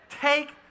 Take